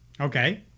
Okay